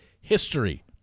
history